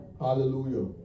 Hallelujah